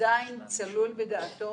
עדיין צלול בדעתו